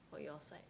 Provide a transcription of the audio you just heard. for your side